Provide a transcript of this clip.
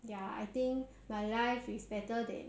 ya I think my life is better than